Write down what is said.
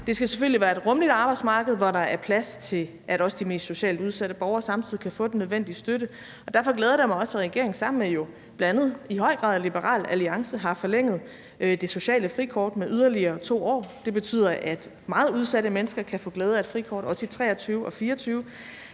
Det skal selvfølgelig være et rummeligt arbejdsmarked, hvor der er plads til, at også de mest socialt udsatte borgere samtidig kan få den nødvendige støtte. Derfor glæder det mig også, at regeringen sammen med bl.a. Liberal Alliance har forlænget ordningen med det sociale frikort med yderligere 2 år. Det betyder, at meget udsatte mennesker kan få glæde af et frikort også i 2023 og 2024.